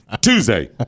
Tuesday